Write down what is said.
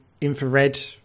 infrared